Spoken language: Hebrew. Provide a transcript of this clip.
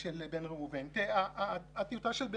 בתזכיר חוק הנכים יש מכונות כביסה,